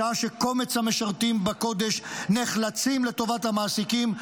בשעה שקומץ המשרתים בקודש נחלצים לטובת המעסיקים,